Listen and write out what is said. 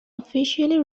officially